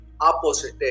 opposite